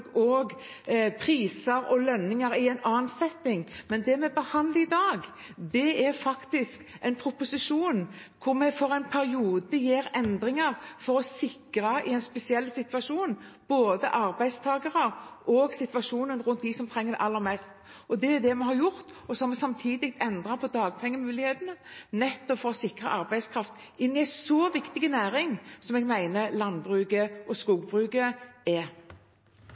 og priser og lønninger i en annen setting, men det vi behandler i dag, er en proposisjon hvor vi for en periode – i en spesiell situasjon – gjør endringer for å sikre både arbeidstakere og situasjonen for dem som trenger det aller mest. Det har vi gjort. Samtidig har vi endret dagpengemulighetene for å sikre arbeidskraft til så viktige næringer som landbruket og skogbruket. Denne tiden viser at mange er